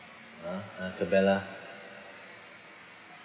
ah ah too bad lah